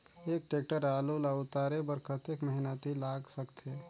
एक टेक्टर आलू ल उतारे बर कतेक मेहनती लाग सकथे?